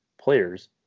players